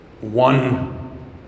One